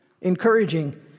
encouraging